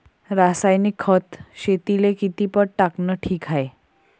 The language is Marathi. रासायनिक खत शेतीले किती पट टाकनं ठीक हाये?